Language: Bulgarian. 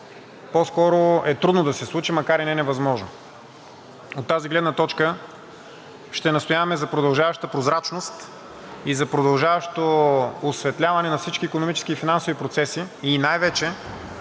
по-скоро е трудно да се случи, макар и не невъзможно. От тази гледна точка ще настояваме за продължаваща прозрачност и за продължаващо осветляване на всички икономически и финансови процеси и най-вече